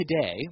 today